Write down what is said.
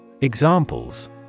Examples